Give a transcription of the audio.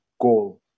goal